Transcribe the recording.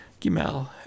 Gimel